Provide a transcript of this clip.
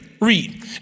Read